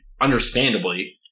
understandably